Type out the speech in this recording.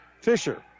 Fisher